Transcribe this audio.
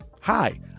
Hi